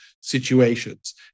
situations